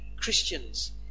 Christians